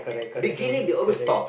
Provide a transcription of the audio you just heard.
correct correct correct correct